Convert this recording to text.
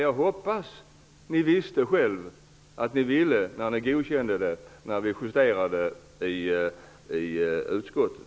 Jag hoppas att det står exakt vad ni ville att det skulle stå när vi justerade betänkandet i utskottet.